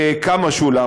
כמה שולם,